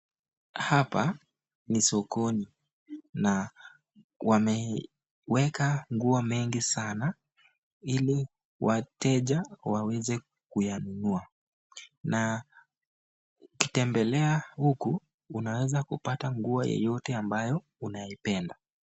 Hapa ni sokoni na wameweka nguo mengi sana ili wateja waweze kuyanunua na ukitembelea huku unaeza kupata nguo yeyote ambayo unaipenda.